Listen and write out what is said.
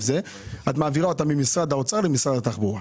אחר אלא את מעבירה אותם ממשרד האוצר למשרד התחבורה.